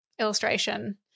illustration